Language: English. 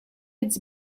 its